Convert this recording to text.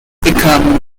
become